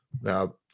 Now